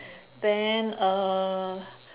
then uh